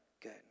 good